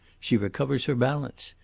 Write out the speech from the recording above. she recovers her balance.